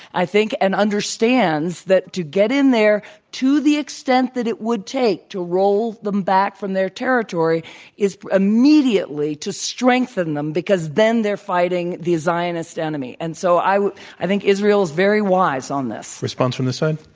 i think, and understands that to get in there to the extent that it would take to roll them back from their territory is immediately to strengthen them, because then they're fighting the zionist enemy and so i i think israel is very wise on this. response from this side?